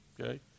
okay